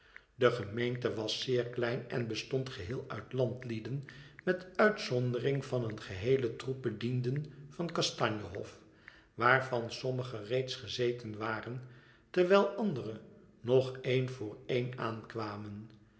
de gemeente was zeer klein en bestond geheel uit landlieden met uitzondering van een geheelen troep bedienden van kastanje hof waarvan sommige reeds gezeten waren terwijl andere nog een voor een aankwamen